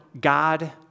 God